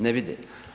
Ne vide.